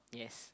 yes